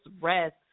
rest